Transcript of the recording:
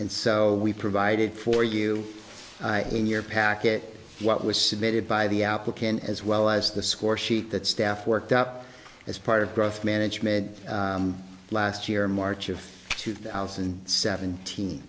and so we provided for you in your package what was submitted by the applicant as well as the score sheet that staff worked up as part of growth management last year in march of two thousand and seventeen